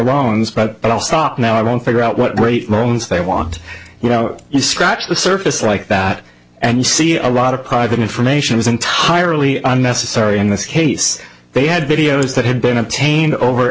stop now i don't figure out what rate loans they want you know you scratch the surface like that and you see a lot of private information is entirely unnecessary in this case they had videos that had been obtained over